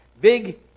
big